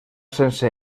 sense